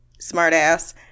Smartass